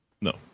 No